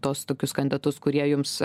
tuos tokius kandidatus kurie jums